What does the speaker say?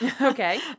Okay